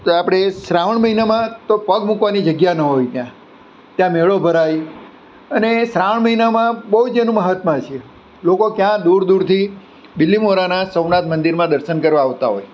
કે આપણે શ્રાવણ મહિનામાં તો પગ મૂકવાની જગ્યા ના હોય ત્યાં ત્યાં મેળો ભરાય અને શ્રાવણ મહિનામાં બહુ જ એનું મહાત્મ્ય છે લોકો ક્યાં દૂર દૂરથી બિલીમોરાનાં સોમનાથ મંદિરમાં દર્શન કરવા આવતાં હોય